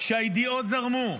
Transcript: כשהידיעות זרמו,